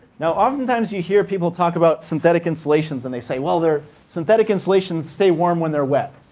now oftentimes you hear people talk about synthetic insulations, and they say, well, they're synthetic insulations stay warm when they're wet.